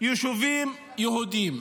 יישובים יהודיים.